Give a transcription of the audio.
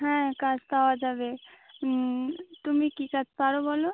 হ্যাঁ কাজ পাওয়া যাবে তুমি কী কাজ পারো বলো